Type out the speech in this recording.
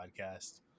podcast